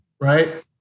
right